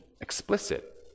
explicit